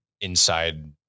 inside